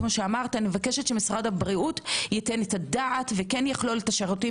אני מבקשת שמשרד הבריאות ייתן את הדעת וכן יכלול את השירותים